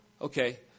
Okay